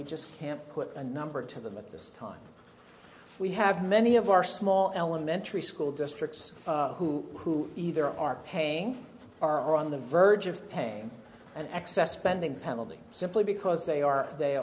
we just can't put a number to them at this time we have many of our small elementary school districts who either are paying are on the verge of paying an excess spending penalty simply because they are they